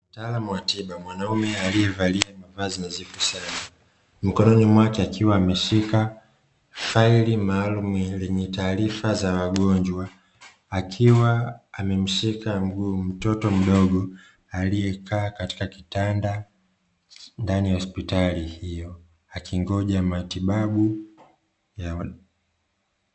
Mtaalamu wa tiba mwanaume aliyevalia mavazi nadhifu sana, mkononi mwake akiwa ameshika faili maalumu lenye taarifa za wagonjwa. Akiwa amemshika mguu mtoto mdogo, aliyekaa katika kitanda ndani ya hospitali hiyo. Akingoja matibabu.